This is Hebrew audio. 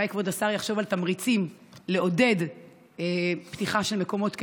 אולי כבוד השר יחשוב על תמריצים לעודד פתיחה של מקומות כאלה,